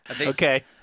Okay